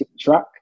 track